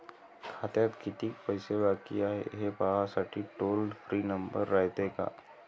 खात्यात कितीक पैसे बाकी हाय, हे पाहासाठी टोल फ्री नंबर रायते का?